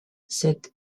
cette